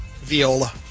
Viola